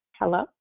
Hello